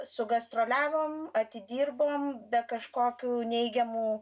sugastroliavome atidirbom be kažkokių neigiamų